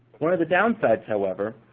one of the downsides, however,